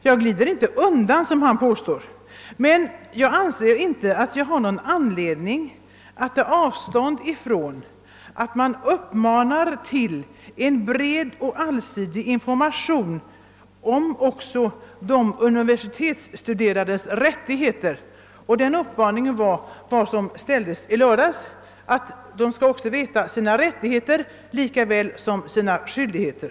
Jag glider inte undan, som herr Alemyr påstår, men jag anser inte att jag har någon anledning att ta avstånd från uppmaningar till en bred och allsidig information också om de universitetsstuderandes rättigheter. En sådan uppmaning var det som framfördes i Göteborg i lördags — att studenterna skall veta sina rättigheter lika väl som sina skyldigheter.